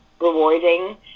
rewarding